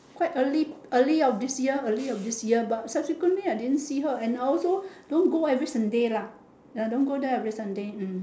quite early early of this year early of year but subsequently I didn't see her and I also don't go every Sunday lah ya don't go there every Sunday hmm